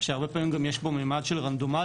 שהרבה פעמים גם יש בו ממד של רנדומליות,